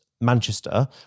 Manchester